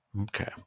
Okay